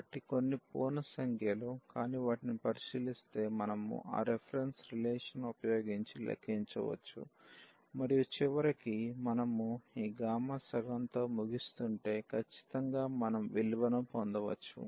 కాబట్టి కొన్ని పూర్ణ సంఖ్యలు కాని వాటిని పరిశీలిస్తే మనము ఆ రిఫరెన్స్ రిలేషన్ ఉపయోగించి లెక్కించవచ్చు మరియు చివరికి మనము ఈ గామా సగం తో ముగుస్తుంటే ఖచ్చితంగా మనం విలువను పొందవచ్చు